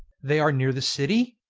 they are near the city?